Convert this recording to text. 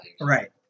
Right